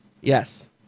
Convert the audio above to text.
Yes